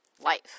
life